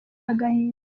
agahinda